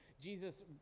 Jesus